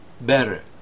better